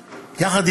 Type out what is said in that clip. חבר'ה.